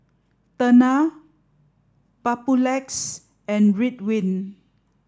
Tena Papulex and Ridwind